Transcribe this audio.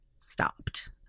stopped